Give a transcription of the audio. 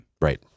right